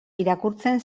irakurtzen